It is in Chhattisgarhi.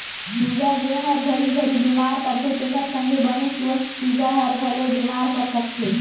चूजा जेन हर घरी घरी बेमार परथे तेखर संघे बने सुवस्थ चूजा हर घलो बेमार पर सकथे